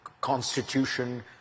constitution